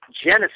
Genesis